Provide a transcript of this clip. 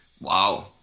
wow